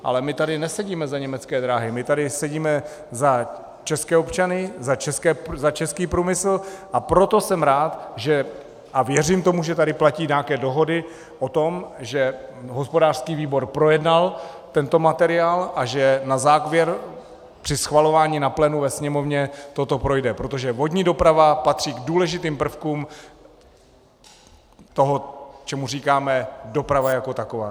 Ale my tady nesedíme za německé dráhy, my tady sedíme za české občany, za český průmysl, a proto jsem rád a věřím tomu, že tady platí nějaké dohody o tom, že hospodářský výbor projednal tento materiál a že na závěr při schvalování na plénu ve Sněmovně toto projde, protože vodní doprava patří k důležitým prvkům toho, čemu říkáme doprava jako taková.